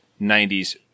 90s